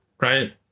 right